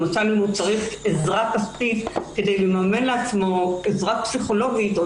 למשל אם הוא צריך עזרה כספית כדי לממן לעצמו עזרה פסיכולוגית או